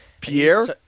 Pierre